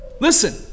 Listen